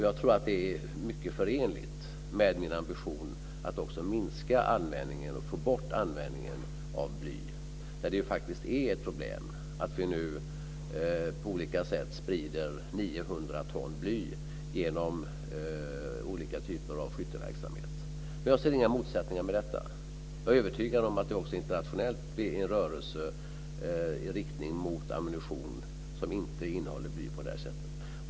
Jag tror att det är förenligt med min ambition att också minska och få bort användningen av bly. Det är faktiskt ett problem att vi nu på olika sätt sprider 900 ton bly genom olika typer av skytteverksamhet, men jag ser inga motsättningar mellan detta. Jag är övertygad om att det också internationellt sker en rörelse i riktning mot ammunition som inte innehåller bly på detta sätt.